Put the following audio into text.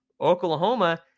Oklahoma